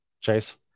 Chase